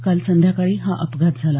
काल संध्याकाळी हा अपघात झाला